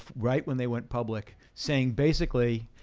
right when they went public, saying basically,